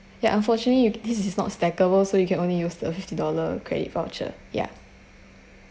yeah unfortunately this is not stackable so you can only use the fifty dollar credit voucher ya